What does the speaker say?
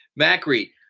Macri